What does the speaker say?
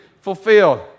fulfilled